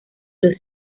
los